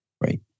Right